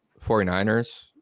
49ers